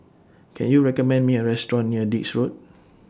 Can YOU recommend Me A Restaurant near Dix Road